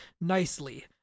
Nicely